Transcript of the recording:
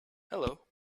hello